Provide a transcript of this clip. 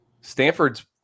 stanford's